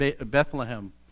Bethlehem